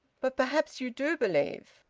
but perhaps you do believe?